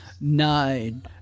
nine